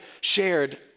shared